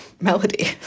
melody